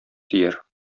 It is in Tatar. тияр